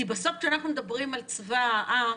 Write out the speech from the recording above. כי בסוף כשאנחנו מדברים על צבא העם